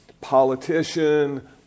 politician